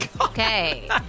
Okay